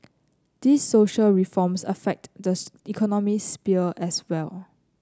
these social reforms affect the economic sphere as well